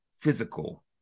physical